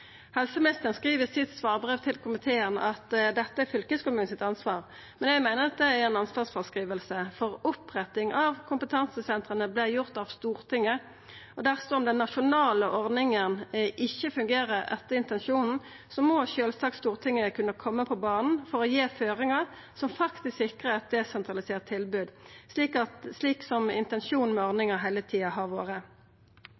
Helseministeren skriv i sitt svarbrev til komiteen at dette er ansvaret til fylkeskommunen, men eg meiner at det er ei ansvarsfråskriving. Opprettinga av kompetansesentera vart gjord av Stortinget, og dersom den nasjonale ordninga ikkje fungerer etter intensjonen, må sjølvsagt Stortinget kunna koma på banen for å gje føringar som faktisk sikrar eit desentralisert tilbod, slik